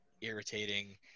irritating